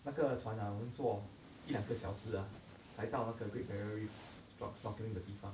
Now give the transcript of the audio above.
那个船啊我们坐一两个小时啊才到那个 great barrier reef snork~ snorkeling 的地方